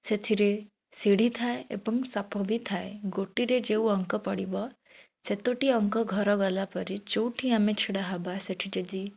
ସେଥିରେ ଶିଢ଼ି ଥାଏ ଏବଂ ସାପ ବି ଥାଏ ଗୋଟିରେ ଯେଉଁ ଅଙ୍କ ପଡ଼ିବ ସେତୋଟି ଅଙ୍କ ଘର ଗଲାପରେ ଯୋଉଠି ଆମେ ଛିଡ଼ା ହେବା ସେଠି ଯଦି